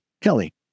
Kelly